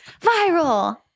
viral